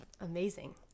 amazing